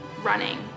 running